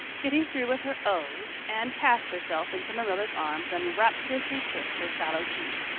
getting through with her ohs anne cast herself into marilla's arms and rapturously kissed her sallow cheek.